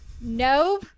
no